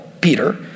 Peter